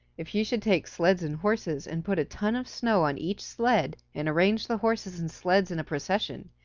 if you should take sleds and horses, and put a ton of snow on each sled, and arrange the horses and sleds in a procession,